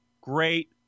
Great